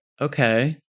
Okay